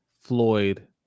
Floyd